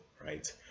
right